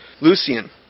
Lucian